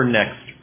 next